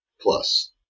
Plus